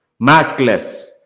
maskless